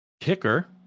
Kicker